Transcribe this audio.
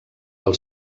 del